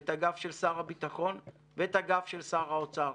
ואת הגב של שר הביטחון ואת הגב של שר האוצר.